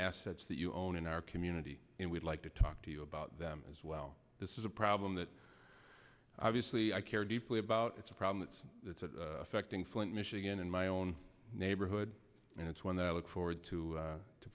assets that you own in our community and we'd like to talk to you about that as well this is a problem that obviously i care deeply about it's a problem that's affecting flint michigan in my own neighborhood and it's one that i look forward to